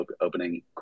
opening